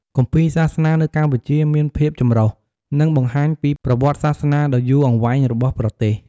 គម្ពីរសាសនានៅកម្ពុជា មានភាពចម្រុះ និងបង្ហាញពីប្រវត្តិសាសនាដ៏យូរអង្វែងរបស់ប្រទេស។